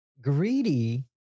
Greedy